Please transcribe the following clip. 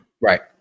right